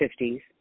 50s